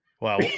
Wow